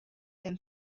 than